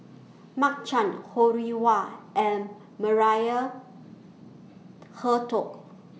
Mark Chan Ho Rih Hwa and Maria Hertogh